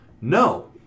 no